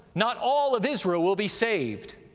not all of israel will be saved.